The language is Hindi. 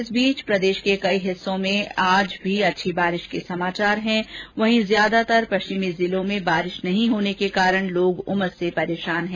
इस बीच प्रदेश के कई हिस्सों में आज भी अच्छी बारिश के समाचार हैं वहीं ज्यादातर पश्चिमी जिलों में बारिश नहीं होने के कारण उमस से लोग परेशान है